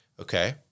Okay